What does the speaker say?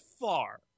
far